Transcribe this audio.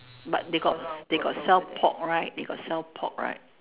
but they got they got sell pork right they got sell pork right